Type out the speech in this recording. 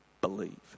believe